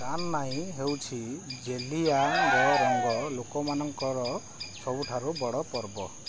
ଗାନନାଇ ହେଉଛି ଜେଲିଆଙ୍ଗ ରଙ୍ଗ ଲୋକମାନଙ୍କର ସବୁଠାରୁ ବଡ଼ ପର୍ବ